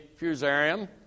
fusarium